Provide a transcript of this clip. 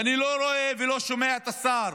ואני לא רואה ולא שומע את השר